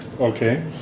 Okay